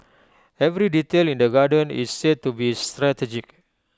every detail in the garden is said to be strategic